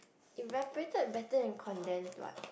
evaporated better than condensed what